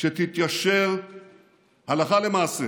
שתתיישר הלכה למעשה